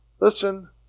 Listen